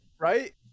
right